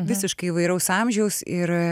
visiškai įvairaus amžiaus ir